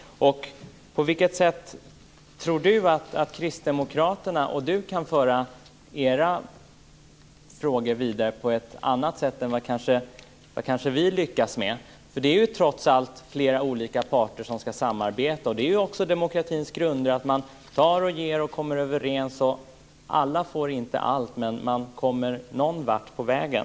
På vilket sätt tror Gunilla Tjernberg att hon och Kristdemokraterna kan föra sina frågor vidare på ett annat sätt än vad kanske vi lyckas med? Det är trots allt flera olika parter som ska samarbeta, och det är också demokratins grunder att man tar och ger och kommer överens. Alla får inte allt, men man kommer någon vart på vägen.